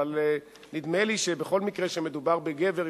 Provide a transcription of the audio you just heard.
אבל נדמה לי שבכל מקרה שמדובר בגבר,